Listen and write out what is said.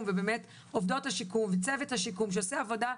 ובאמת עובדות השיקום וצוות השיקום שעושה עבודה משמעותית,